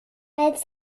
als